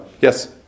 Yes